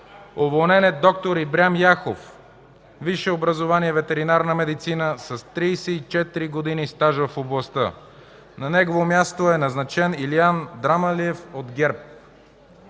Уволнен е д-р Ибрахим Яхов – висше образование „Ветеринарна медицина”, с 34 години стаж в областта. На негово място е назначен Илиян Драманлиев от ГЕРБ.